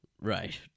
Right